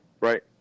right